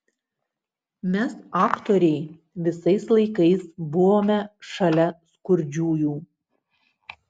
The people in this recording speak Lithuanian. mes aktoriai visais laikais buvome šalia skurdžiųjų